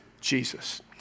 Jesus